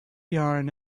yarn